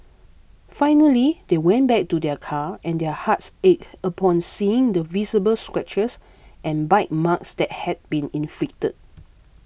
finally they went back to their car and their hearts ached upon seeing the visible scratches and bite marks that had been inflicted